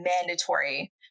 mandatory